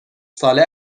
ساله